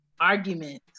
arguments